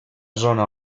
zona